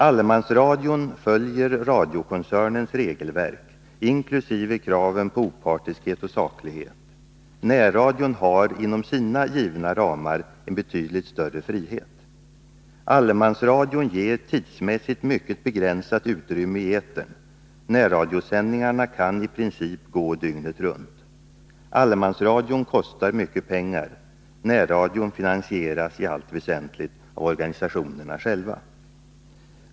Allemansradion följer radiokoncernens regelverk, inkl. kraven på opartiskhet och saklighet. Närradion har, inom sina givna ramar, en betydligt större frihet. Allemansradion ger tidsmässigt mycket begränsat utrymme i etern, närradiosändningarna kan i princip gå dygnet runt. Allemansradion kostar mycket pengar, närradion finansieras i allt väsentligt av organisationerna själva.